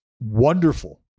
wonderful